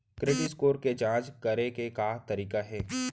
Credit score के जाँच करे के का तरीका हे?